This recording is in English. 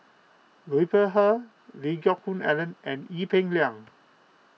Liu Peihe Lee Geck Hoon Ellen and Ee Peng Liang